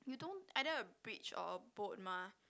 you don't either a bridge or a boat mah